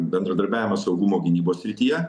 bendradarbiavimas saugumo gynybos srityje